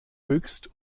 höchst